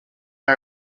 not